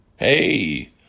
Hey